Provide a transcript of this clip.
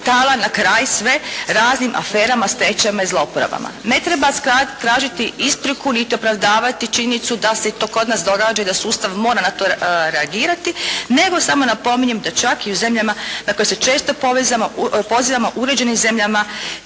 na kraj sve raznim aferama, stečajevima i zlouporabama. Ne treba tražiti ispriku niti opravdavati činjenicu da se to i kod nas događa i da sustav mora na to reagirati, nego samo napominjem da čak i u zemljama na koje se često pozivamo uređenim zemljama